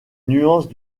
nuances